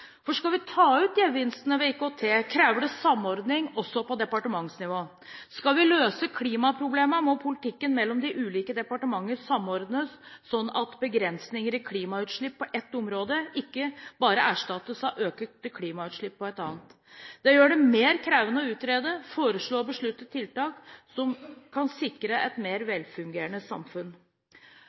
Skal vi ta ut gevinstene ved IKT, krever det samordning, også på departementsnivå. Skal vi løse klimaproblemene, må politikken mellom de ulike departementer samordnes, slik at begrensninger i klimautslipp på ett område ikke bare erstattes av økte klimautslipp på et annet. Det gjør det mer krevende å utrede, foreslå og beslutte tiltak som kan sikre et mer velfungerende samfunn.